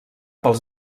pels